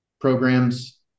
programs